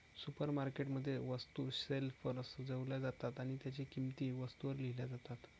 supermarket मध्ये, वस्तू शेल्फवर सजवल्या जातात आणि त्यांच्या किंमती वस्तूंवर लिहिल्या जातात